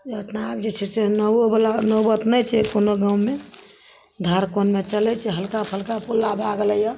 ओतना जे छै से नावोवला नौबत नहि छै कोनो गाँवमे धार कोनमे चलय छै हल्का फुल्का भए गेलैये